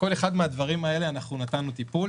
לכל אחד מהדברים האלה אנחנו נתנו טיפול.